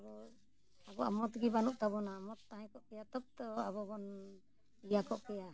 ᱟᱵᱚᱣᱟᱜ ᱢᱚᱛᱜᱮ ᱵᱟᱹᱱᱩᱜ ᱛᱟᱵᱚᱱᱟ ᱢᱚᱛ ᱛᱟᱦᱮᱸ ᱠᱚᱜ ᱠᱮᱭᱟ ᱛᱚᱵᱮ ᱛᱚ ᱟᱵᱚᱵᱚᱱ ᱤᱭᱟᱹᱠᱚᱜ ᱠᱮᱭᱟ